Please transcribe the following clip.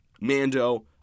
Mando